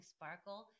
Sparkle